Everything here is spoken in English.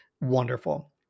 wonderful